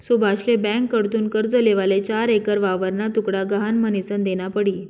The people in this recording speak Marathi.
सुभाषले ब्यांककडथून कर्ज लेवाले चार एकर वावरना तुकडा गहाण म्हनीसन देना पडी